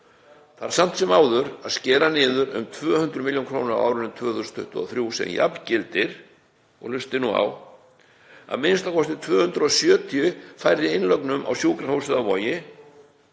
þarf samt sem áður að skera niður um 200 milljónir króna á árinu 2023 sem jafngildir“ — og hlustið nú — „að minnsta kosti 270 færri innlögnum á Sjúkrahúsið Vog,